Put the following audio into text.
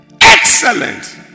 Excellent